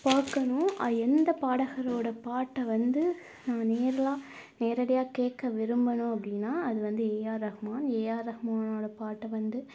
பார்க்கணும் எந்த பாடகரோட பாட்டை வந்து நேரில் நேரடியாக கேட்க விரும்புனேன் அப்படினா அது வந்து ஏஆர் ரகுமான் ஏஆர் ரகுமானோட பாட்டை வந்து